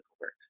work